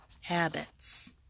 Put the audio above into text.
habits